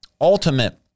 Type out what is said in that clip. ultimate